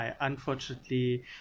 unfortunately